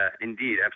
indeed